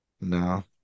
No